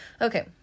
Okay